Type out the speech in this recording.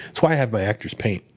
that's why i have my actors paint.